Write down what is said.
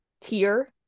tier